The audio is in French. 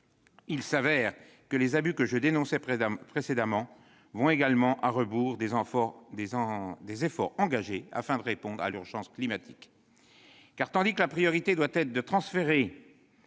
il se révèle que les abus que je dénonçais précédemment vont également à rebours des efforts engagés afin de répondre à l'urgence climatique. Tandis que la priorité doit être de transférer